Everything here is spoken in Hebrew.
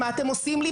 מה אתם עושים לי,